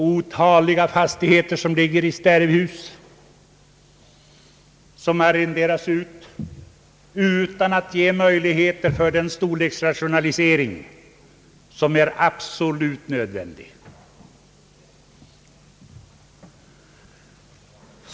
Otaliga fastigheter förvaltas av stärbhus och arrenderas ut utan att ge möjligheter till den storleksrationalisering som är absolut nödvändig.